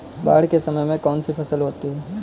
बाढ़ के समय में कौन सी फसल होती है?